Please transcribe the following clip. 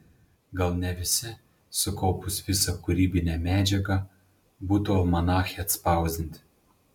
gal ne visi sukaupus visą kūrybinę medžiagą būtų almanache atspausdinti